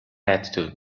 attitude